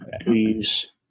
Please